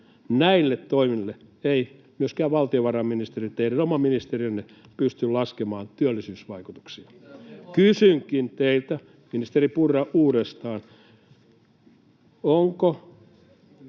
Näille toimille ei myöskään, valtiovarainministeri, teidän oma ministeriönne pysty laskemaan työllisyysvaikutuksia. [Vilhelm Junnilan välihuuto] Kysynkin teiltä, ministeri Purra, uudestaan: onko